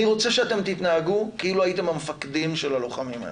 אני רוצה שאתם תתנהגו כאילו הייתם המפקדים של הלוחמים האלה.